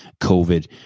COVID